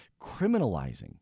criminalizing